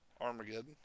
Armageddon